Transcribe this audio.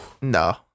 No